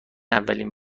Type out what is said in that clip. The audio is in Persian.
اولین